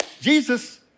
Jesus